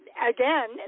Again